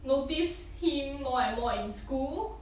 notice him more and more in school